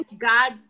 God